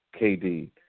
KD